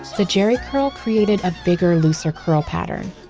the jheri curl created a bigger looser curl pattern.